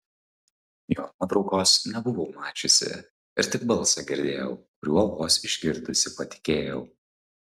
jo nuotraukos nebuvau mačiusi ir tik balsą girdėjau kuriuo vos išgirdusi patikėjau